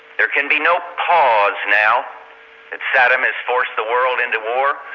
there can be no pause now that saddam has forced the world into war.